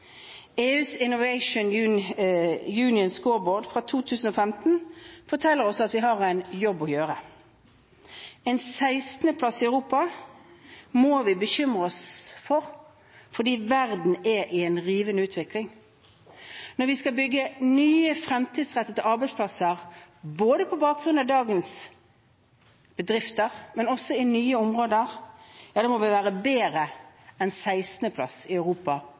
EUs Innovation Union Scoreboard 2015 forteller oss at vi har en jobb å gjøre. En 16. plass i Europa må vi bekymre oss for, fordi verden er i en rivende utvikling. Når vi skal bygge nye fremtidsrettede arbeidsplasser, både på bakgrunn av dagens bedrifter og også i nye områder, må vi være bedre enn 16. plass i Europa